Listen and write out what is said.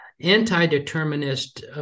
anti-determinist